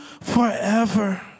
forever